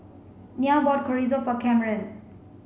Nyah bought Chorizo for Kamren